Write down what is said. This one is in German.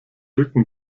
rücken